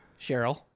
Cheryl